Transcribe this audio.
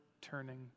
turning